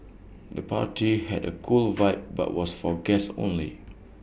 the party had A cool vibe but was for guests only